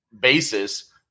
basis